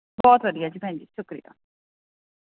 ਬਹੁਤ ਵਧੀਆ ਜੀ ਭੈਣ ਜੀ ਸ਼ੁਕਰੀਆ